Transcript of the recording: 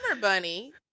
Bunny